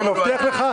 אני מבטיח לך,